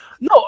no